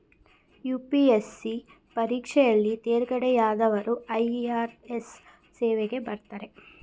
UPSC ಪರೀಕ್ಷೆಯಲ್ಲಿ ತೇರ್ಗಡೆಯಾದವರು IRS ಸೇವೆಗೆ ಬರ್ತಾರೆ